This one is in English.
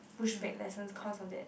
push back lessons cause of that